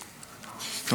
אדוני.